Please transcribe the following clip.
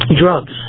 drugs